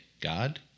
God